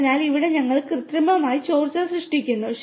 അതിനാൽ ഇവിടെ ഞങ്ങൾ കൃത്രിമമായി ചോർച്ച സൃഷ്ടിക്കുന്നു